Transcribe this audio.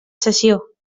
sessió